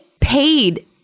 paid